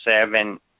seven